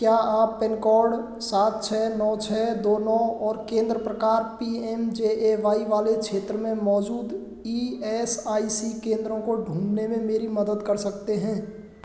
क्या आप pin code सात छः नौ छः दोनों और केंद्र प्रकार P M J A Y वाले क्षेत्र में मौजूद ई एस आई सी केंद्रों को ढूंढने में मेरी मदद कर सकते हैं